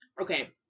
okay